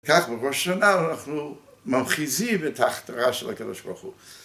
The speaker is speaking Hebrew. כך בראש השנה אנחנו ממחיזים את ההכתרה של הקדוש ברוך הוא.